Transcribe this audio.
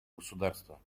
государства